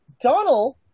Donald